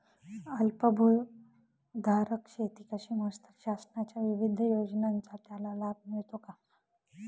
अल्पभूधारक शेती कशी मोजतात? शासनाच्या विविध योजनांचा त्याला लाभ मिळतो का?